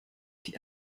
die